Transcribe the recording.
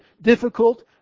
difficult